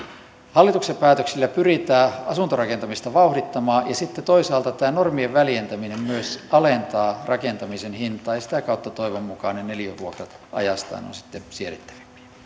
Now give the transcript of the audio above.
hallituksen päätöksillä pyritään asuntorakentamista vauhdittamaan ja sitten toisaalta tämä normien väljentäminen myös alentaa rakentamisen hintaa ja sitä kautta toivon mukaan ne neliövuokrat ajastaan ovat sitten siedettäviä